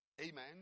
Amen